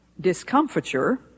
discomfiture